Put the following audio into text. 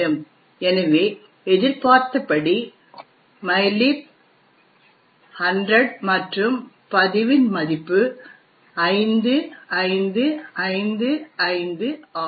எனவே எதிர்பார்த்தபடி மைலிபில் 100 மற்றும் பதிவின் மதிப்பு 5555 ஆகும்